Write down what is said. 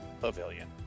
pavilion